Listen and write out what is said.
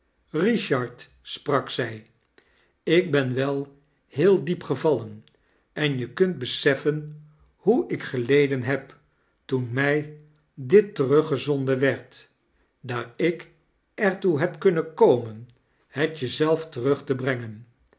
richard sprak zij ik ben wel heel diep gevallen en je kunt beseffen hoe ik geleden heb toen mij dit teruggezonden werd daar ik er toe heb kumnen komen het je zelf terug te brengen